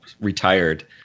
retired